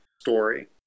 story